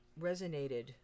resonated